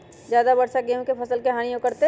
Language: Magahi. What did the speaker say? ज्यादा वर्षा गेंहू के फसल के हानियों करतै?